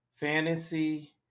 fantasy